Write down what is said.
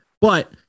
But-